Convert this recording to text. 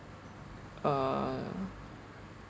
uh